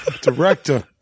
director